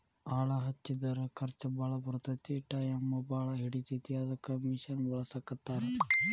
ಆಳ ಹಚ್ಚಿದರ ಖರ್ಚ ಬಾಳ ಬರತತಿ ಟಾಯಮು ಬಾಳ ಹಿಡಿತತಿ ಅದಕ್ಕ ಮಿಷನ್ ಬಳಸಾಕತ್ತಾರ